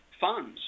funds